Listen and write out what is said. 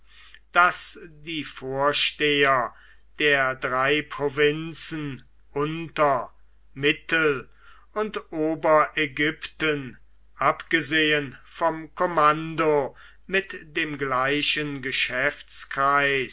daß die vorsteher der drei provinzen unter mittel und oberägypten abgesehen vom kommando mit dem gleichen